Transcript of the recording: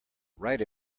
write